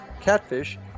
catfish